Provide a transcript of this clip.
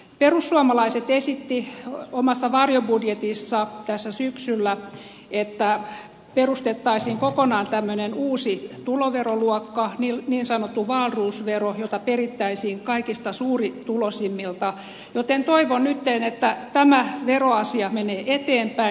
perussuomalaiset esitti omassa varjobudjetissaan tässä syksyllä että perustettaisiin kokonaan uusi tuloveroluokka niin sanottu wahlroos vero jota perittäisiin kaikista suurituloisimmilta joten toivon nyt että tämä veroasia menee eteenpäin